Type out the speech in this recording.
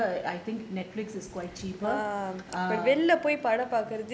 I think Netflix is quite cheaper err